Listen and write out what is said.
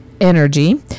energy